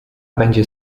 będzie